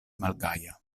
malgaja